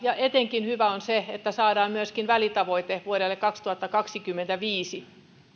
ja etenkin hyvä on se että saadaan myöskin välitavoite vuodelle kaksituhattakaksikymmentäviisi